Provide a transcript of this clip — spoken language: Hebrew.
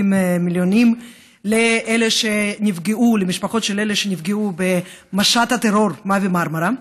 מיליונים למשפחות של אלה שנפגעו במשט הטרור במרמרה,